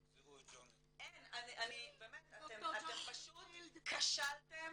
אין, אתם פשוט כשלתם